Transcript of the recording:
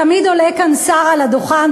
תמיד עולה כאן שר על הדוכן,